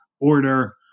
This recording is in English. order